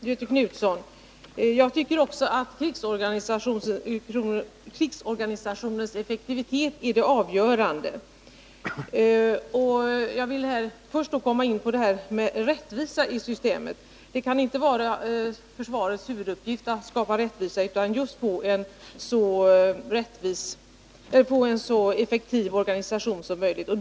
Herr talman! Jag tycker också att krigsorganisationens effektivitet är det avgörande. Först vill jag gå in på frågan om rättvisa i systemet. Det kan inte vara försvarets huvuduppgift att skapa rättvisa, utan det är just att åstadkomma en så effektiv organisation som möjligt.